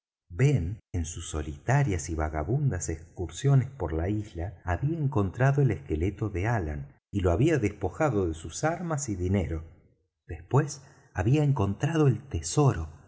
ben en sus solitarias y vagabundas excursiones por la isla había encontrado el esqueleto de allan y lo había despojado de sus armas y dinero después había encontrado el tesoro